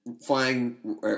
Flying